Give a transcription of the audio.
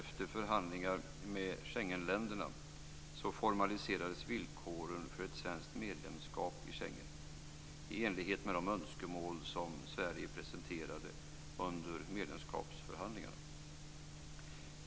Schengenländerna, formaliserades villkoren för ett svenskt medlemskap i Schengen, i enlighet med de önskemål som Sverige presenterade under medlemskapsförhandlingarna.